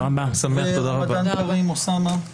רמדאן כרים, אוסאמה.